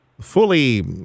fully